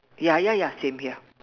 ya ya ya same here